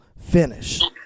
finish